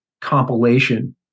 compilation